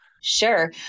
Sure